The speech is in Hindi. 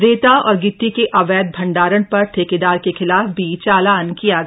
रेता और गिट्टी के अवैध भण्डारण पर ठेकेदार के खिलाफ भी चालान किया गया